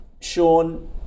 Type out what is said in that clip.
Sean